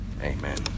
Amen